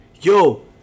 Yo